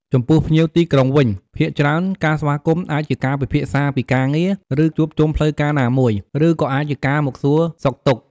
ចំពោះភ្ញៀវទីក្រុងវិញ ភាគច្រើនការស្វាគមន៍អាចជាការពិភាក្សាពីការងារ ឬជួបជុំផ្លូវការណាមួយ ឬក៏អាចជាការមកសួរសុខទុក្ខ។